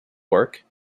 work